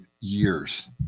years